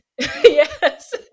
yes